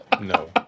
no